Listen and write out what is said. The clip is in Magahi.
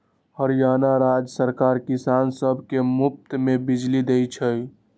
हरियाणा राज्य सरकार किसान सब के मुफ्त में बिजली देई छई